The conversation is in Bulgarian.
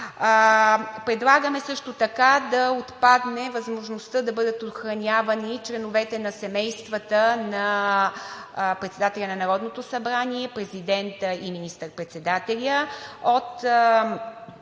Предлагаме също така да отпадне възможността да бъдат охранявани членовете на семействата на председателя на Народното събрание, президента и министър-председателя.